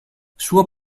suo